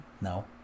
No